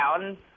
down